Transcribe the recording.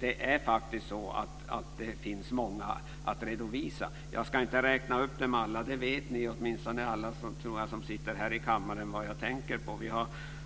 Det finns faktiskt många sådana att redovisa men jag ska inte räkna upp alla dessa. Åtminstone alla ni här i kammaren vet nog vad jag tänker på.